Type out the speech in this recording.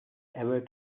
ever